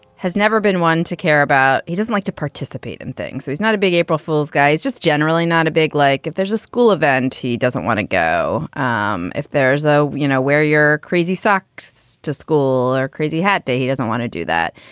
has never been one to care about he doesn't like to participate in things, so he's not a big april fools guy is just generally not a big like if there's a school event, he doesn't want to go. um if there's a you know where your crazy socks to school or crazy had to, he doesn't want to do that.